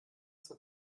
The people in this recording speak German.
zur